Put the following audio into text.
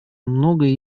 многое